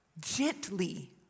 Gently